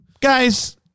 guys